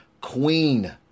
Queen